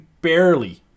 barely